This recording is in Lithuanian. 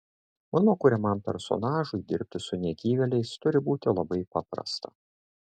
mano kuriamam personažui dirbti su negyvėliais turi būti labai paprasta